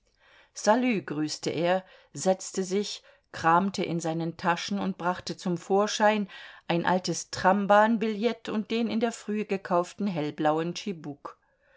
salü grüßte er setzte sich kramte in seinen taschen und brachte zum vorschein ein altes trambahnbillett und den in der frühe gekauften hellblauen tschibuk